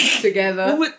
together